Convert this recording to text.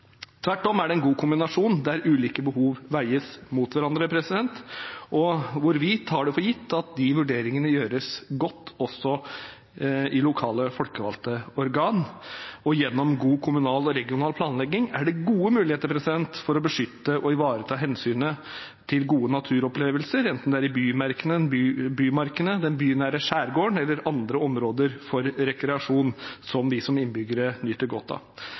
Tvert om er det en god kombinasjon, der ulike behov veies opp mot hverandre, og hvor vi tar det for gitt at de vurderingene gjøres godt også i lokale folkevalgte organ. Gjennom god kommunal og regional planlegging er det gode muligheter til å beskytte og ivareta hensynet til gode naturopplevelser, enten det er i bymarkene, i den bynære skjærgården eller i andre områder for rekreasjon som vi som innbyggere nyter godt av.